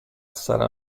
sarà